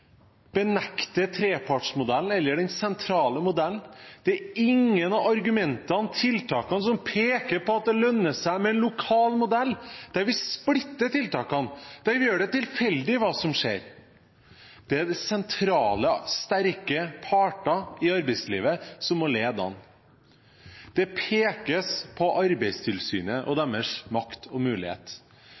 trepartsmodellen eller den sentrale modellen. Det er ingen av argumentene eller tiltakene som peker på at det lønner seg med lokal modell, der vi splitter tiltakene, der vi gjør det tilfeldig hva som skjer. Det er de sentrale, sterke parter i arbeidslivet som må lede an. Det pekes på Arbeidstilsynet og deres makt og mulighet.